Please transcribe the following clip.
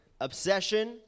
obsession